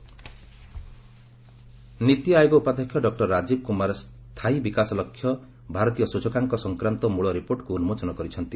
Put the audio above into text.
SDG India ଇଣ୍ଡେକୁ ନିତି ଆୟୋଗ ଉପାଧ୍ୟକ୍ଷ doctor Rajiv Kumar ସ୍ଥାୟୀ ବିକାଶ ଲକ୍ଷ୍ୟ ଭାରତୀୟ ସୂଚକାଙ୍କ ସଂକ୍ରାନ୍ତ ମୂଳ ରିପୋର୍ଟକୁ ଉନ୍କୋଚନ କରିଛନ୍ତି